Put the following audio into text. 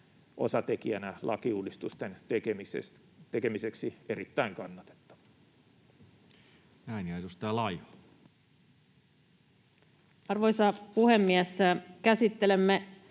osatekijänä lakiuudistusten tekemiseksi on erittäin kannatettava. Näin. — Ja edustaja Laiho. Arvoisa puhemies! Käsittelemme